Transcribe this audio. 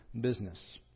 business